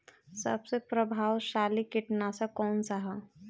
सबसे प्रभावशाली कीटनाशक कउन सा ह?